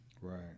right